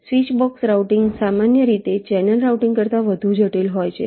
switchbox routing સામાન્ય રીતે channel routing કરતા વધુ જટિલ હોય છે